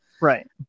Right